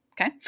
Okay